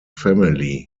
family